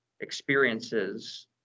experiences